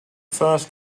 first